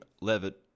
Levitt